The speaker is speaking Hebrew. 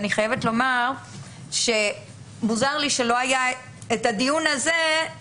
ואני חייבת לומר שמוזר לי שלא היה הדיון הזה